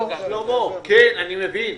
שלמה, כן, אני מבין.